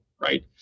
Right